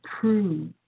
prove